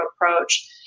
approach